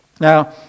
Now